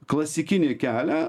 klasikinį kelią